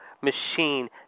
machine